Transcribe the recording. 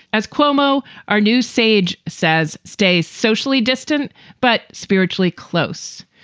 as cuomo, our new sage says, stay socially distant but spiritually close.